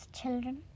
children